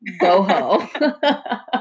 boho